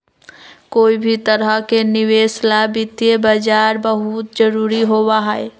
कोई भी तरह के निवेश ला वित्तीय बाजार बहुत जरूरी होबा हई